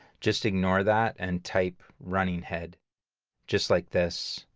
just ignore that and type running head just like this,